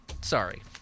sorry